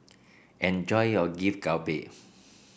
enjoy your Galbi